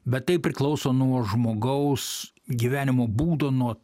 bet tai priklauso nuo žmogaus gyvenimo būdo nuo